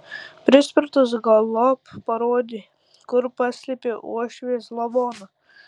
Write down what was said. prispirtas galop parodė kur paslėpė uošvės lavoną